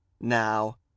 now